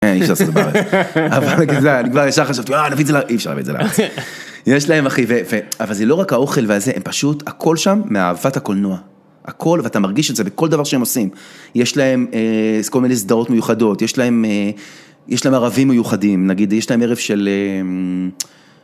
אי אפשר לעשות דבר איזה, אבל כזה, אני כבר ישר חשבתי, אה נביא את זה, אי אפשר לביאת את זה לארץ, יש להם אחי, אבל זה לא רק האוכל והזה, הם פשוט הכל שם מאהבת הקולנוע, הכל ואתה מרגיש את זה בכל דבר שהם עושים, יש להם כל מיני סדרות מיוחדות, יש להם ערבים מיוחדים, נגיד יש להם ערב של,